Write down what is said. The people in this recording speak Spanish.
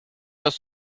dos